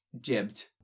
jibbed